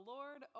Lord